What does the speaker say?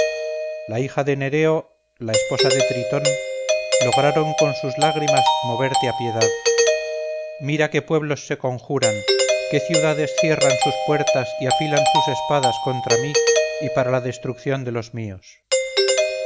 la hija de nereo la esposa de titón lograron con sus lágrimas moverte a piedad mira qué pueblos se conjuran qué ciudades cierran sus puertas y afilan sus espadas contra mí y para la destrucción de los míos